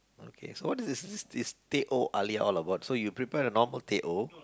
okay so what is this this this that all about so you prepare a normal teh O